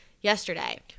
yesterday